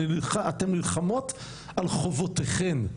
אתן נלחמות על חובותיכן,